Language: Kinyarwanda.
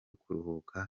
kuruhuka